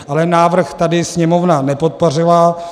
Ale návrh tady Sněmovna nepodpořila.